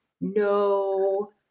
no